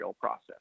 process